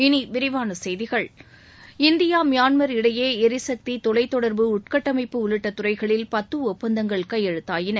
இனி விரிவான செய்திகள் இந்தியா மியான்மர் இடையே எரிசக்தி தொலைத்தொடர்பு உள்கட்டமைப்பு உள்ளிட்ட துறைகளில் பத்து ஒப்பந்தங்கள் இன்று கையெழுத்தாகின